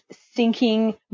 sinking